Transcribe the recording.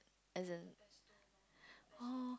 as in !woah!